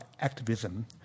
activism